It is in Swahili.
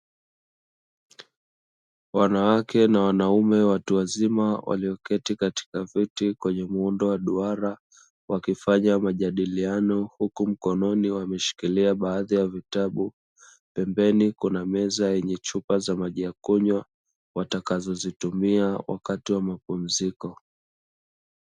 Wanawake na wanaume watu wazima walioketi katika viti kwenye muundo wa duara, wakifanya majadiliano huku mkononi wameshikilia baadhi ya vitabu. Pembeni kuna meza yenye chupa za maji ya kunywa; watakazozitumia wakati wa mapumziko.